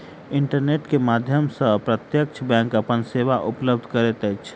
internet के माध्यम सॅ प्रत्यक्ष बैंक अपन सेवा उपलब्ध करैत अछि